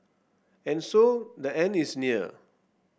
and so the end is near